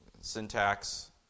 syntax